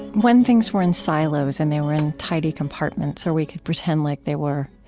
when things were in silos and they were in tidy compartments, or we could pretend like they were,